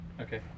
Okay